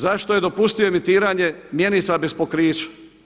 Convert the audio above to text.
Zašto je dopustio emitiranje mjenica bez pokrića?